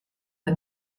the